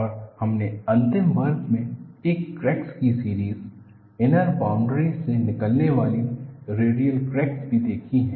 और हमने अंतिम वर्ग में एक क्रैक्स की सीरीस इनर बॉउन्ड्री से निकलने वाली रेडियल क्रैक्स भी देखी हैं